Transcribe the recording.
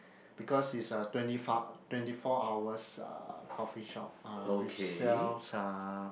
because is a twenty f~ twenty four hours uh coffee shop ah which sells uh